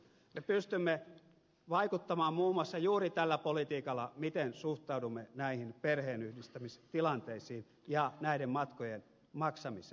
me pystymme vaikuttamaan muun muassa juuri tällä politiikalla miten suhtaudumme näihin perheenyhdistämistilanteisiin ja näiden matkojen maksamiseen